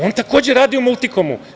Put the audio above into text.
On takođe radi u „Multikomu“